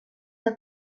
que